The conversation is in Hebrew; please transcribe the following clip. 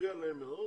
מפריע להם מאוד